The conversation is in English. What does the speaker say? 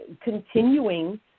continuing